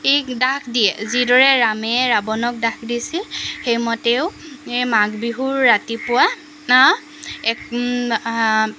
magic দাহ দিয়ে যিদৰে ৰামে ৰাৱনক দাহ দিছিল সেই মতেও এই মাঘ বিহুৰ ৰাতিপুৱা এক